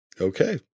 Okay